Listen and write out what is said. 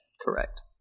Correct